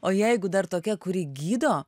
o jeigu dar tokia kuri gydo